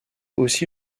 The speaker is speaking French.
aussi